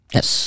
Yes